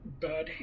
bird